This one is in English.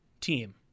team